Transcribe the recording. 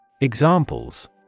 Examples